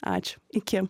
ačiū iki